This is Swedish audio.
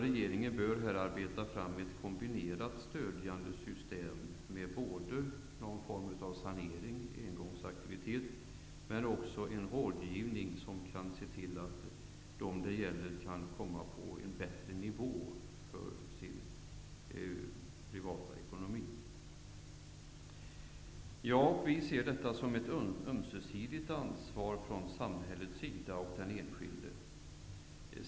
Regeringen bör i stället arbeta fram ett kombinerat stödjande system både med någon form av sanering och med rådgivning som gör att de människor det gäller kan få en bättre nivå i sin privata ekonomi. Vi anser att samhället och den enskilde här har ett ömsesidigt ansvar.